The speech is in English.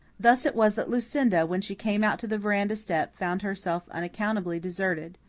thus it was that lucinda, when she came out to the veranda step, found herself unaccountably deserted.